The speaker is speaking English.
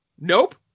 Nope